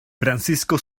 francisco